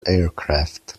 aircraft